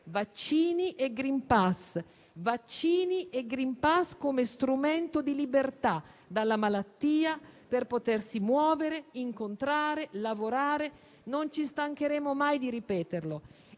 vaccini e *green pass*; vaccini e *green pass* come strumento di libertà dalla malattia, per potersi muovere, incontrare e lavorare. Non ci stancheremo mai di ripeterlo